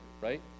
right